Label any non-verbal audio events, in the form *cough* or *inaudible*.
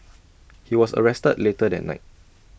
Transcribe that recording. *noise* he was arrested later that night